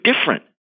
different